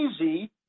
easy